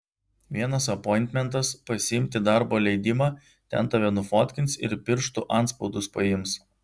vienas apointmentas pasiimti darbo leidimą ten tave nufotkins ir pirštų antspaudus paims